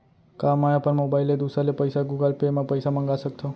का मैं अपन मोबाइल ले दूसर ले पइसा गूगल पे म पइसा मंगा सकथव?